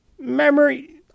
memory